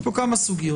יש פה כמה סוגיות.